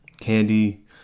candy